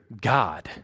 God